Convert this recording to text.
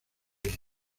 ella